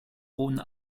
rhône